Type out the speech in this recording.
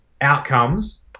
outcomes